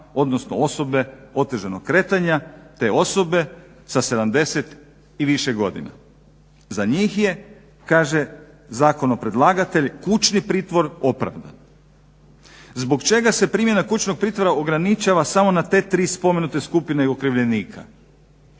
odnosno osobe otežanog kretanja te osobe sa 70 i više godina. Za njih je kaže zakonopredlagatelj kućni pritvor opravdan. Zbog čega se primjena kućnog pritvora ograničava samo na te tri spomenute skupine okrivljenika?